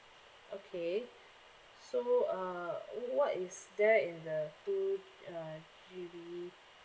okay so uh what is there in the two uh G_B